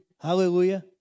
Hallelujah